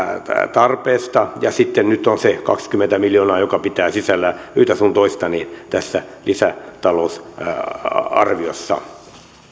tarpeesta ja sitten nyt on se kaksikymmentä miljoonaa joka pitää sisällään yhtä sun toista tässä lisätalousarviossa